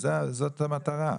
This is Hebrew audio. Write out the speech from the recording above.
וזו המטרה.